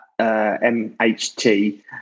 MHT